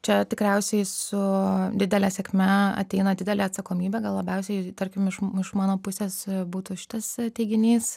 čia tikriausiai su didele sėkme ateina didelė atsakomybė gal labiausiai tarkim iš iš mano pusės būtų šitas teiginys